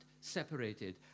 separated